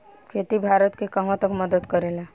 खेती भारत के कहवा तक मदत करे ला?